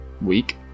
week